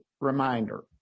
reminder